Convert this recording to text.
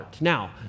Now